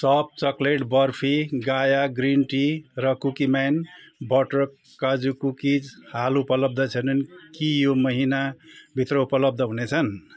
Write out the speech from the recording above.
सब chocolate barfi गाया green tea र कुकिम्यान बटर काजू कुकिज हाल उपलब्ध छैनन् कि यो महिनाभित्र उपलब्ध हुनेछन्